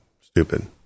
stupid